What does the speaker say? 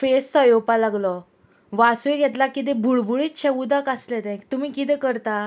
face सो येवपा लागलो वासूय घेतला कितें बुळबुळीत शें उदक आसलें तें तुमी किदें करता